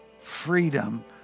freedom